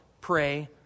pray